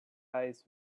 eyes